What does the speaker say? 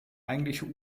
eigentliche